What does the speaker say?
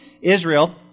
Israel